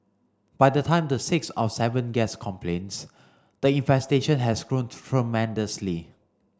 by the time the sixth or seventh guest complains the infestation has grown tremendously